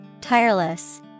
Tireless